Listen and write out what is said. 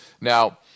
Now